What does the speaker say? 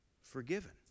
forgiven